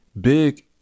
big